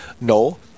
no